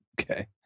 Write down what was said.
okay